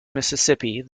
mississippi